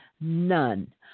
None